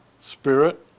spirit